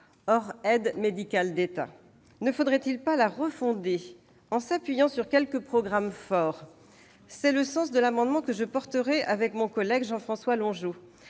hors aide médicale de l'État. Ne faudrait-il pas la refonder, en s'appuyant sur quelques programmes forts ? C'est le sens de l'amendement que je défendrai avec mon collègue Jean-François Longeot.